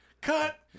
cut